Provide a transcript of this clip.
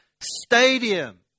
stadium